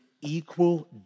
equal